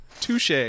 Touche